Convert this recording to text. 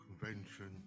convention